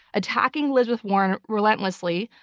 attacking elizabeth warren relentlessly,